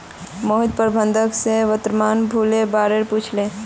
मोहित प्रबंधक स वर्तमान मूलयेर बा र पूछले